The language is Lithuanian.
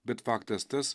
bet faktas tas